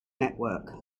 network